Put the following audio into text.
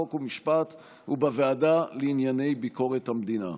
חוק ומשפט ובוועדה לענייני ביקורת המדינה.